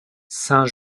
saint